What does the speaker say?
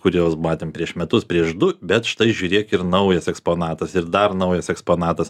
kuriuos matėm prieš metus prieš du bet štai žiūrėk ir naujas eksponatas ir dar naujas eksponatas